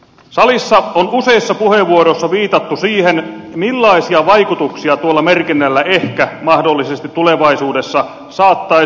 salissa on useissa puheenvuoroissa viitattu siihen millaisia vaikutuksia tuolla merkinnällä ehkä mahdollisesti tulevaisuudessa saattaisi olla